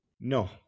No